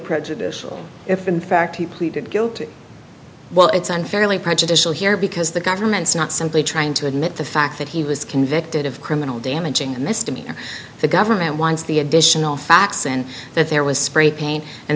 prejudicial if in fact he pleaded guilty well it's unfairly prejudicial here because the government's not simply trying to admit the fact that he was convicted of criminal damaging a misdemeanor the government wants the additional facts and that there was spray paint and